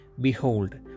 Behold